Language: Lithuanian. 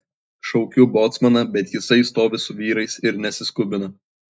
šaukiu bocmaną bet jisai stovi su vyrais ir nesiskubina